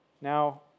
Now